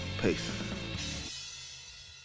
peace